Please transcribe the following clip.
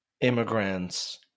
immigrants